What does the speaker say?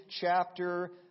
chapter